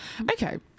Okay